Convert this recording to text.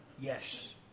Yes